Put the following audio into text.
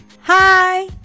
Hi